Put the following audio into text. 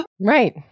right